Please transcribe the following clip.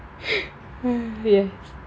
yes